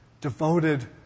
Devoted